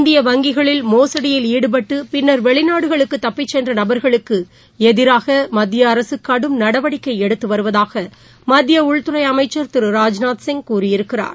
இந்திய வங்கிகளில் மோசடியில் ஈடுபட்டு பின்னர் வெளிநாடுகளுக்கு தப்பிச்சென்ற நபர்களுக்கு எதிராக மத்திய அரசு கடும் நடவடிக்கை எடுத்துவருவதாக மத்திய உள்துறை அமைச்சர் திரு ராஜ்நாத் சிங் கூறியிருக்கிறார்